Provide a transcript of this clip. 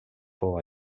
fou